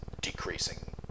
decreasing